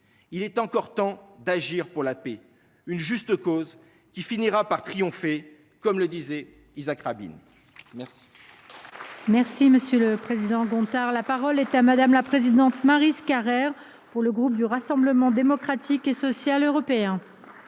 Il est encore temps d’agir pour la paix, « une juste cause » qui « finira par triompher », comme le disait Yitzhak Rabin. La